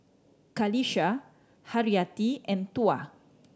Qalisha Haryati and Tuah